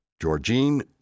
Georgine